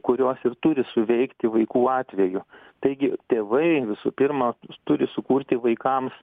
kurios ir turi suveikti vaikų atveju taigi tėvai visų pirma turi sukurti vaikams